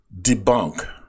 debunk